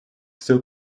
still